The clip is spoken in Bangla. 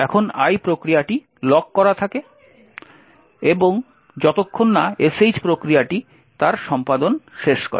এখন "1" প্রক্রিয়াটি লক করা থাকে যতক্ষণ না sh প্রক্রিয়াটি তার সম্পাদন শেষ করে